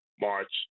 March